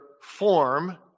form